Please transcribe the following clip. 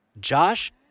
Josh